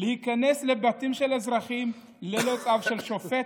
להיכנס לבתים של אזרחים ללא צו של שופט.